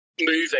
moving